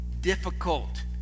difficult